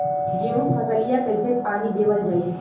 गेहूँक फसलिया कईसे पानी देवल जाई?